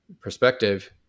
perspective